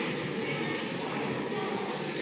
Hvala